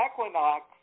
Equinox